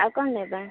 ଆଉ କ'ଣ ନେବେ